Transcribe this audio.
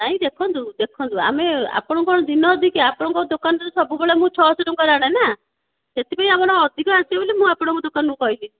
ନାଇଁ ଦେଖନ୍ତୁ ଦେଖନ୍ତୁ ଆମେ ଆପଣଙ୍କୁ ଦିନେ ଅଧେ କି ଆପଣଙ୍କ ଦୋକାନରୁ ସବୁବେଳେ ମୁଁ ଛଅଶହ ଟଙ୍କାରେ ଆଣେ ନା ସେଥିପାଇଁ ଆପଣ ଅଧିକ ଆସିବେ ବୋଲି ମୁଁ ଆପଣଙ୍କ ଦୋକାନରୁ କହିଲି